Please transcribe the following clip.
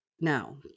now